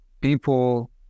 people